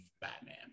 Batman